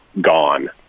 gone